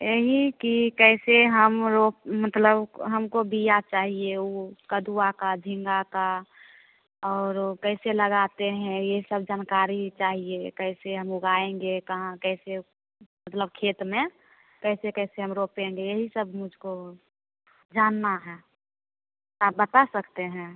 यही कि कैसे हम लोग मतलब हमको बीया चाहिए वो कदुआ का झींगा का और ओ कैसे लगाते हैं ये सब जानकारी चाहिए कैसे हम उगाएँगे कहाँ कैसे मतलब खेत में कैसे कैसे हम रोपेंगे यही सब मुझको जानना है आप बता सकते हैं